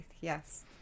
yes